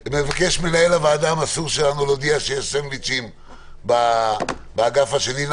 מנהל הוועדה המסור שלנו מבקש להודיע שיש בחוץ סנדוויצ'ים באגף השני.